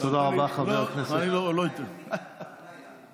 יש לו בדיחה יפה.